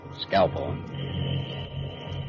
Scalpel